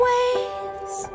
Waves